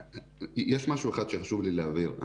יש משהו אחד שחשוב לי להבהיר.